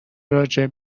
راجع